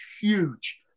huge